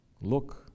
look